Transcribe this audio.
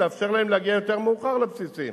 לאפשר להם להגיע יותר מאוחר לבסיסים.